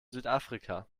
südafrika